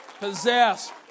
Possess